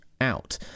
out